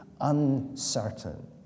uncertain